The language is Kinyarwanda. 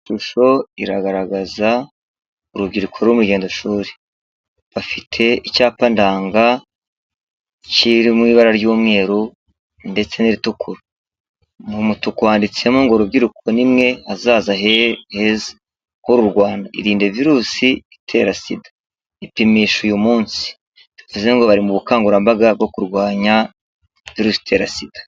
Iyi shusho iragaragaza urubyiruko ruri mu rugendoshuri. Bafite icyapa ndanga kiri mu ibara ry'umweru ndetse n'iritukura . Mu mutuku handitsemo ngo : "Rubyiruko nimwe hazaza heza h'uru Rwanda. Irinde Virusi itera SIDA. Ipimishe uyu munsi." Bivuze ngo bari mu bukangurambaga bwo kurwanya Virusi itera SIDA.